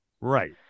Right